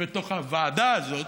בתוך הוועדה הזאת,